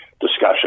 discussion